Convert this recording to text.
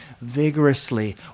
vigorously